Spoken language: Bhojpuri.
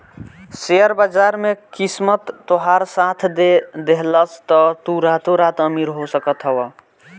शेयर बाजार में किस्मत तोहार साथ दे देहलस तअ तू रातो रात अमीर हो सकत हवअ